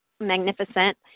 magnificent